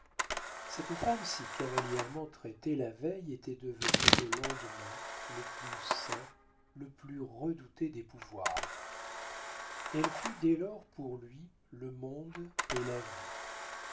cette femme si cavalièrement traitée la veille était devenue le lendemain le plus saint le plus redouté des pouvoirs elle fut dès lors pour lui le monde et la vie